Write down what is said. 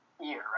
year